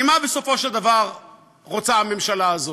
כי מה בסופו של דבר רוצה הממשלה הזאת?